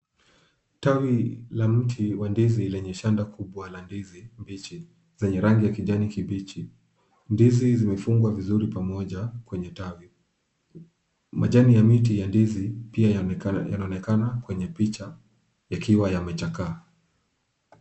Tawi la mti wa ndizi lenye chanda kubwa la ndizi mbichi zenye rangi ya kijani kibichi. Ndizi zimefungwa vizuri pamoja kwenye tawi. Majani ya mti ya ndizi pia yanaonekana kwenye picha yakiwa yamechakaa.